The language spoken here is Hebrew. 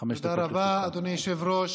היושב-ראש.